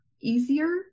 easier